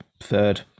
Third